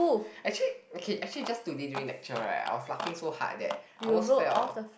actually okay okay just today during lecture right I was laughing so hard that I almost fell